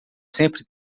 sempre